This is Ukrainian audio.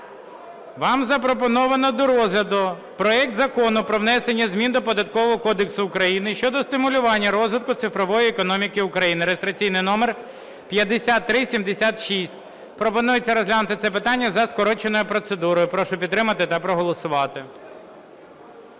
Вам запропоновано до розгляду проект Закону про внесення змін до Податкового кодексу України щодо стимулювання розвитку цифрової економіки в Україні (реєстраційний номер 5376). Пропонується розглянути це питання за скороченою процедурою. Прошу підтримати та проголосувати.